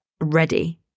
ready